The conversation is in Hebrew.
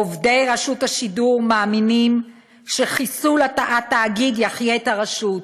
עובדי רשות השידור מאמינים שחיסול התאגיד יחיה את הרשות.